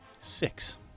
Six